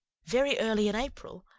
very early in april,